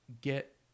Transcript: get